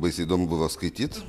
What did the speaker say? baisiai įdomu buvo skaityt